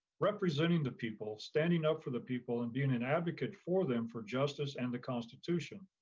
representing the people, standing up for the people and being an advocate for them for justice and the constitution.